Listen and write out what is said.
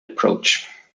approach